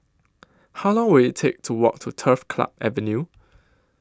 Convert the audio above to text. How Long Will IT Take to Walk to Turf Club Avenue